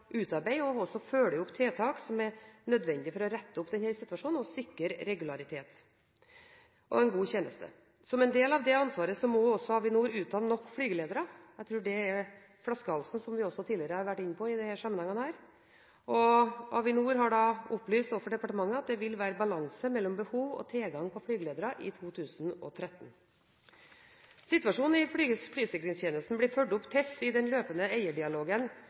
utarbeide og også følge opp tiltak som er nødvendige for å rette opp denne situasjonen og sikre regularitet og en god tjeneste. Som en del av det ansvaret må Avinor også utdanne nok flygeledere. Jeg tror det er flaskehalsen, noe vi også tidligere har vært inne på i disse sammenhengene, og Avinor har opplyst overfor departementet at det vil være balanse mellom behov for og tilgang på flygeledere i 2013. Situasjonen i flysikringstjenesten blir fulgt opp tett i den løpende eierdialogen